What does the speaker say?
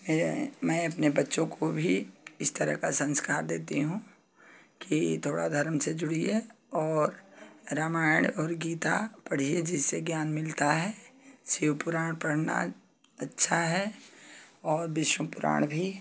मैं मैं अपने बच्चों को भी इस तरह का संस्कार देती हूँ कि थोड़ा धर्म से जुड़िए और रामायण और गीता पढ़िए जिससे ज्ञान मिलता है शिव पुराण पढ़ना अच्छा है और विष्णु पुराण भी